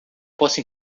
posso